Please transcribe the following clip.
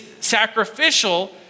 sacrificial